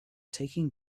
taking